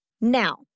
Now